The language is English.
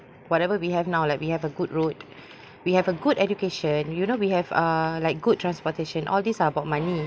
whatever we have now like we have a good road we have a good education you know we have uh like good transportation all these are about money